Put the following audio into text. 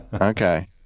okay